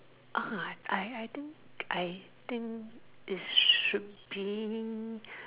I I I think I think it should being